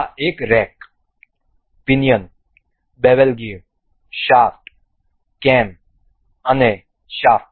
આ એક rack pinion bevel gear shaft cam અને શાફ્ટ છે